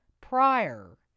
prior